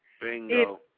Bingo